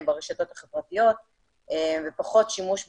ברשתות החברתיות ופחות שימוש בטפסים,